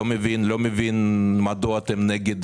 אני לא מבין מדוע אתם נגד